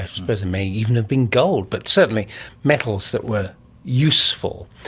i suppose it may even have been gold, but certainly metals that were useful.